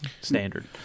standard